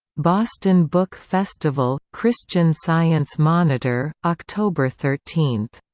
boston book festival christian science monitor, october thirteen.